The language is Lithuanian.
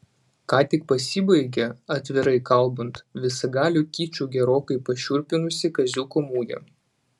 ką tik pasibaigė atvirai kalbant visagaliu kiču gerokai pašiurpinusi kaziuko mugė